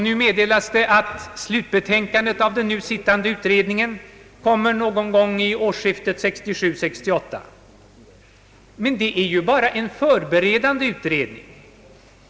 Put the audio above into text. Det meddelas nu att slutbetänkandet från utredningen kommer någon gång vid årsskiftet 1967 —68. Men detta är bara en förberedande utredning.